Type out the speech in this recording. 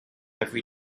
every